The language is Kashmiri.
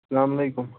السَلامُ علیکُم